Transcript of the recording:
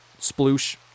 sploosh